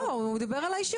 לא, הוא דיבר על האישי.